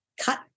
cut